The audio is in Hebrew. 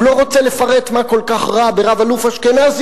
שהוא לא רוצה לפרט מה כל כך רע ברב-אלוף אשכנזי